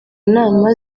nama